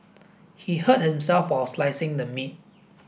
he hurt himself while slicing the meat